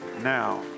now